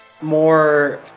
more